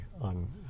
on